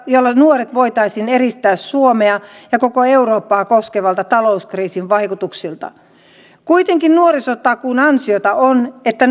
jolla nuoret voitaisiin eristää suomea ja koko eurooppaa koskevilta talouskriisin vaikutuksilta kuitenkin nuorisotakuun ansiota on että